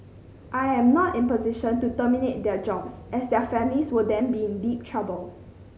I am not in a position to terminate their jobs as their families will then be in deep trouble